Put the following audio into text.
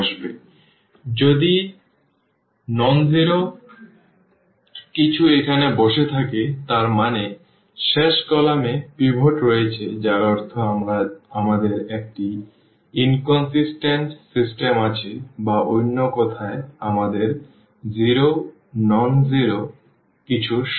এবং যদি অ শূন্য কিছু এখানে বসে থাকে তার মানে শেষ কলাম এ পিভট রয়েছে যার অর্থ আমাদের একটি অসামঞ্জস্যপূর্ণ সিস্টেম আছে বা অন্য কথায় আমাদের 0 অ শূন্য কিছুর সমান